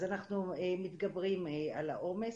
אז אנחנו מתגברים על העומס,